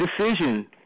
decision